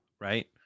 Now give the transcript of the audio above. right